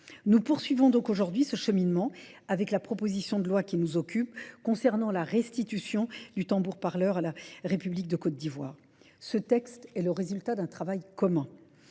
Nous poursuivons donc aujourd'hui ce cheminement avec la proposition de loi qui nous occupe concernant la restitution du tambour parleur à la République de Côte d'Ivoire. Ce texte est le résultat d'un travail commun.